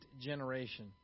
generation